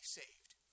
saved